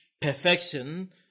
perfection